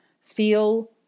feel